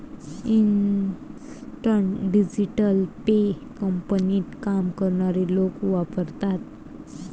instant digital pay कंपनीत काम करणारे लोक वापरतात